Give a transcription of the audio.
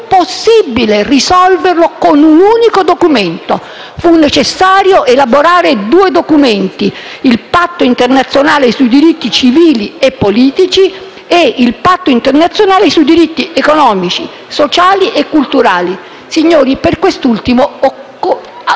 possibile risolvere la questione con un unico documento, ma fu necessario elaborare due documenti: il Patto internazionale sui diritti civili e politici e il Patto internazionale sui diritti economici, sociali e culturali. Signori, per quest'ultimo